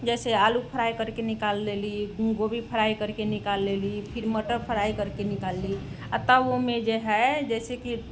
जैसे आलू फ्राइ करके निकालि लेली गोभी फ्राइ करके निकाल लेली फिर मटर फ्राइ करके निकालि लेली आओर तब ओइमे जे हय जैसे कि